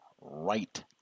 right